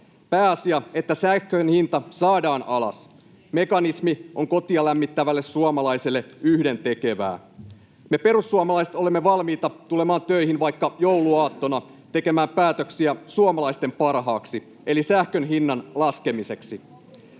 Pääasia, että sähkön hinta saadaan alas. Mekanismi on kotia lämmittävälle suomalaiselle yhdentekevä. Me perussuomalaiset olemme valmiita tulemaan töihin vaikka jouluaattona tekemään päätöksiä suomalaisten parhaaksi eli sähkön hinnan laskemiseksi.